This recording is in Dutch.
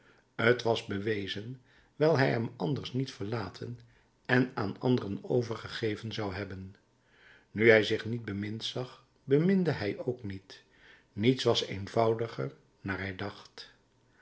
t was bewezen wijl hij hem anders niet verlaten en aan anderen overgegeven zou hebben nu hij zich niet bemind zag beminde hij ook niet niets was eenvoudiger naar hij dacht